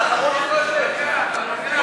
הצבענו כאמור על ההסתייגויות שמבקשות להוסיף